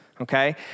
okay